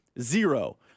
Zero